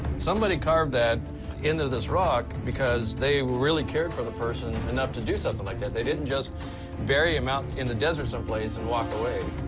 somebody carved that into this rock because they really cared for the person enough to do something like that. they didn't just bury him out in the desert someplace and walk away.